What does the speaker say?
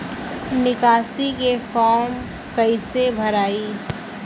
निकासी के फार्म कईसे भराई?